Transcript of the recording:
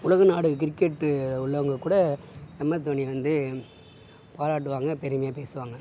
உலக நாடுகள் கிரிக்கெட்டில் உள்ளவங்க கூட எம் எஸ் தோனியை வந்து பாராட்டுவாங்க பெருமையாக பேசுவாங்க